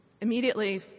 immediately